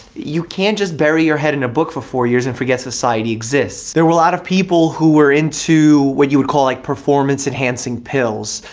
you can't just bury your head in a book for four years and forget society exists. there were a lot of people who were into what you would call like performance enhancing pills,